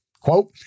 quote